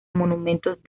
monumentos